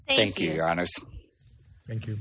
thank you thank you